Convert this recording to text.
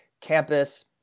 campus